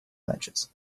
matches